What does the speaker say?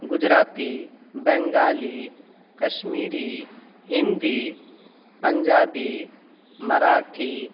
Gujarati Bengali Kashmiri Hindi Punjabi Marathi